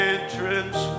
Entrance